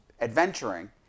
adventuring